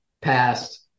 past